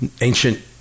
ancient